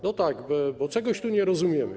No tak, bo czegoś tu nie rozumiemy.